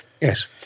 Yes